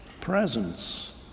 presence